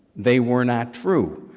they were not true.